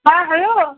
হ্যাঁ হ্যালো